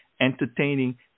entertaining